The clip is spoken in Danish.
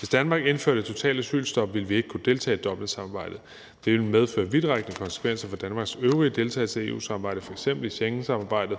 Hvis Danmark indførte et totalt asylstop, ville vi ikke kunne deltage i Dublinsamarbejdet. Det ville medføre vidtrækkende konsekvenser for Danmarks øvrige deltagelse i EU-samarbejdet, f.eks. i Schengensamarbejdet.